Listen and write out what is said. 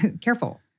careful